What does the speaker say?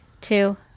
two